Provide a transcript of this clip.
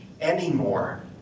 anymore